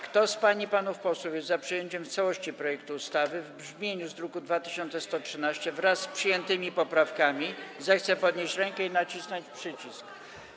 Kto z pań i panów posłów jest za przyjęciem w całości projektu ustawy w brzmieniu z druku nr 2113, wraz z przyjętymi poprawkami, zechce podnieść rękę i nacisnąć przycisk.